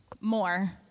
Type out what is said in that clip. more